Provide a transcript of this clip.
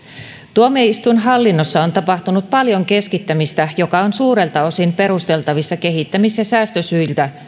tuomioistuinhallinnossa on tapahtunut paljon keskittämistä joka on suurelta osin perusteltavissa kehittämis ja säästösyillä